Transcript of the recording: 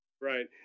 Right